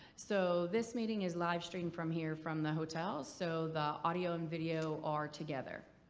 so this meeting is live stream from here from the hotel so the audio and video are together.